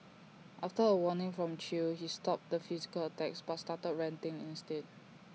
after A warning from chew he stopped the physical attacks but started ranting instead